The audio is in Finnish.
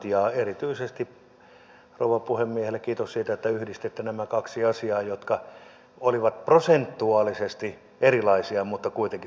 ja erityisesti rouva puhemiehelle kiitos siitä että yhdistitte nämä kaksi asiaa jotka olivat prosentuaalisesti erilaisia mutta kuitenkin samanlaisia